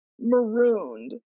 marooned